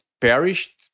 perished